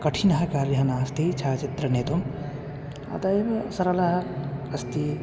कठिनः कार्यः नास्ति छायाचित्रं नेतुम् अतः एव सरलम् अस्ति